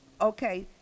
okay